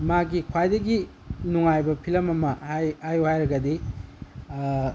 ꯃꯥꯒꯤ ꯈ꯭ꯋꯥꯏꯗꯒꯤ ꯅꯨꯡꯉꯥꯏꯕ ꯐꯤꯂꯝ ꯑꯃ ꯍꯥꯏꯌꯨ ꯍꯥꯏꯔꯒꯗꯤ